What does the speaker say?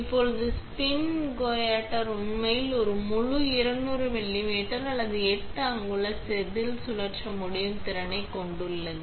இப்போது spin coater உண்மையில் ஒரு முழு 200 மில்லிமீட்டர் அல்லது 8 அங்குல செதில் சுழற்ற முடியும் திறனை கொண்டுள்ளது